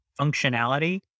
functionality